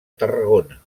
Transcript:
tarragona